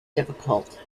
difficult